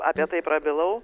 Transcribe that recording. apie tai prabilau